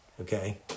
okay